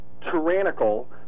tyrannical